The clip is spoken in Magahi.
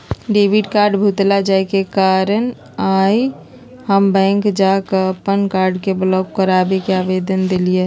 डेबिट कार्ड भुतला जाय के कारण आइ हम बैंक जा कऽ अप्पन कार्ड के ब्लॉक कराबे के आवेदन देलियइ